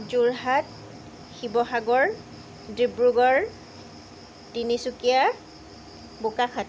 Jorhat Sivasagar Dibrugarh Tinsukia Bokakhat